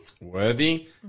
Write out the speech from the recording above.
Worthy